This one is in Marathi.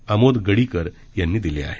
आमोद गडीकर यांनी दिली आहे